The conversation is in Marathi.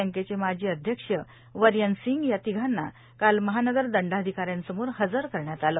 बँकेचे माजी अध्यक्ष वर्यम सिंग या तिघांना काल महानगर दंडाधिकाऱ्यांसमोर हजर करण्यात आलं